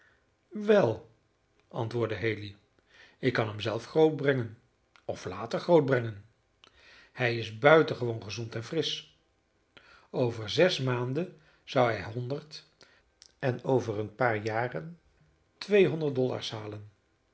wel antwoordde haley ik kan hem zelf grootbrengen of laten grootbrengen hij is buitengewoon gezond en frisch over zes maanden zou hij honderd en over een paar jaren tweehonderd dollars halen